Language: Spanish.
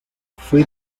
fue